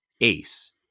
ace